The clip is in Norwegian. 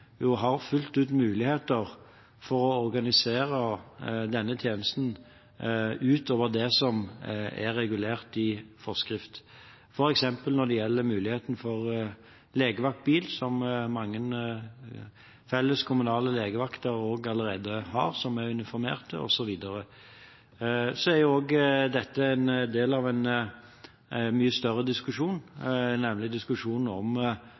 har fullt ut mulighet til å organisere denne tjenesten utover det som er regulert i forskrift, f.eks. når det gjelder mulighet for legevaktbil, som mange felles kommunale legevakter allerede har, som er uniformerte, osv. Dette er en del av en mye større diskusjon, nemlig diskusjonen om